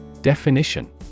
Definition